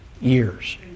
years